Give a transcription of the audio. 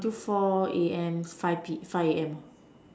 until four A_M five five